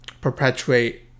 perpetuate